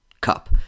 Cup